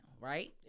Right